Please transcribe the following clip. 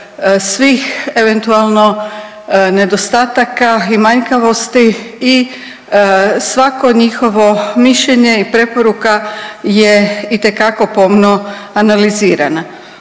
svih eventualno nedostataka i manjkavosti i svako njihovo mišljenje i preporuka je itekako pomno analizirana.